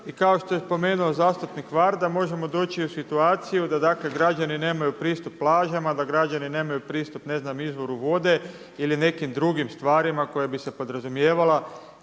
I kao što je spomenuo zastupnik Varda možemo doći u situaciju, da dakle građani nemaju pristup plažama, da građani nemaju pristup ne znam izvoru vode ili nekim drugim stvarima koja bi se podrazumijevala